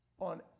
on